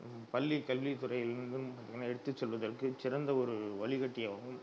பள்ளி கல்வித்துறையிலிருந்தும் நம் எடுத்து செல்வதற்கு சிறந்த ஒரு வழிகாட்டியாகவும்